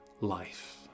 life